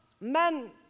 men